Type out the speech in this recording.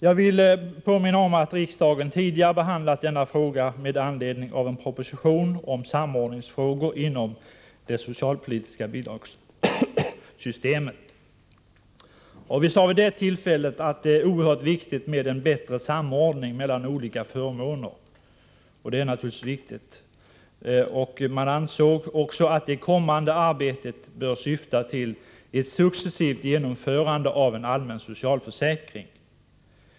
Jag vill påminna om att riksdagen tidigare behandlat denna fråga med anledning av en proposition om samordningsfrågor inom det socialpolitiska bidragssystemet. Vi sade vid det tillfället att det är oerhört viktigt med en bättre samordning mellan olika förmåner. Det är naturligtvis riktigt. Man ansåg också att det kommande arbetet bör syfta till ett successivt genomförande av en allmän socialförsäkring.